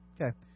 Okay